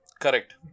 Correct